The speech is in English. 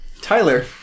Tyler